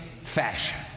fashion